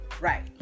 right